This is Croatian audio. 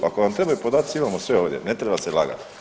Ako vam trebaju podaci imamo sve ovdje, ne treba se lagati.